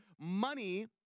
money